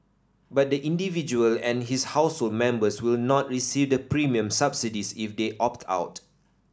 but the individual and his household members will not receive the premium subsidies if they opt out